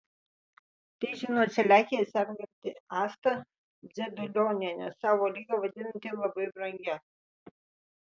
tai žino celiakija serganti asta dzedulionienė savo ligą vadinanti labai brangia